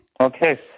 Okay